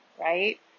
right